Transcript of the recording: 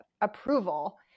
approval